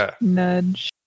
Nudge